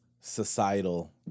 societal